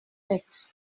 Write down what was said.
sept